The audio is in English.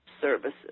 services